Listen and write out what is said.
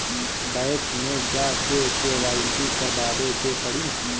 Bank मे जा के के.वाइ.सी करबाबे के पड़ी?